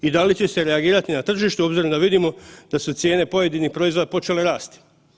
I da li će se reagirati na tržištu obzirom da vidimo da su cijene pojedinih proizvoda počele rasti?